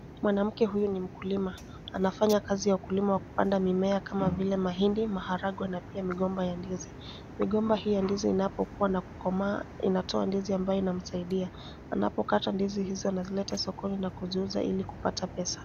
Mwanamke huyu ni mkulima, anafanya kazi ya ukulima wa kupanda mimea kama vile mahindi, maharagwe na pia migomba ya ndizi. Migomba hii ya ndizi inapokuwa na kukomaa inatoa ndizi ambayo inamsaidia. Anapokata ndizi hizo anazileta sokoni na kuziuza ili kupata pesa.